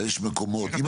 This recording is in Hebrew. זה